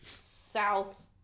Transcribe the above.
south